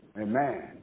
Amen